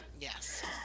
Yes